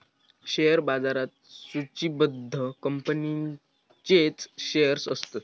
share बाजारात सुचिबद्ध कंपनींचेच शेअर्स असतत